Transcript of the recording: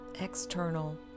external